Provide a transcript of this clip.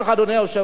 אדוני היושב-ראש,